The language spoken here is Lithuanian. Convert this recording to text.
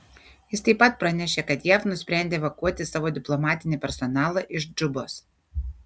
jis taip pat pranešė kad jav nusprendė evakuoti savo diplomatinį personalą iš džubos